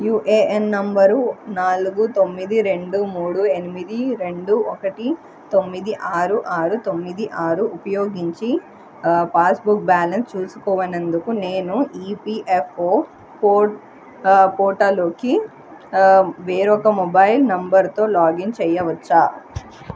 UAN number నాలుగు తొమ్మిది రెండు మూడు ఎనిమిది రెండు ఒకటి తొమ్మిది ఆరు ఆరు తొమ్మిది ఆరు ఉపయోగించి పాస్బుక్ బ్యాలన్స్ చూసుకోనందుకు నేను ఈపీఎఫ్ఓ పో పోటాలోకి వేరొక మొబైల్ నంబర్తో లాగిన్ చేయవచ్చా